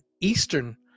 Eastern